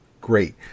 great